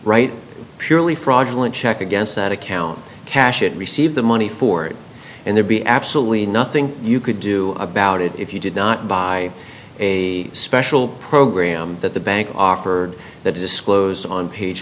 right purely fraudulent check against that account cash it receive the money for it and there be absolutely nothing you could do about it if you did not buy a special program that the bank offered that disclosed on page